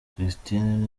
christine